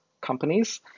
companies